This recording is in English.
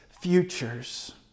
futures